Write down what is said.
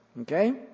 Okay